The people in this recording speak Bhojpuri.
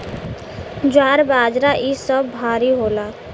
ज्वार बाजरा इ सब भारी होला